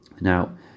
Now